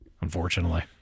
Unfortunately